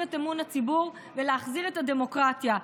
את אמון הציבור ולהחזיר את הדמוקרטיה,